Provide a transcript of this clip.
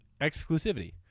exclusivity